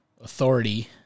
authority